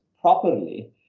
properly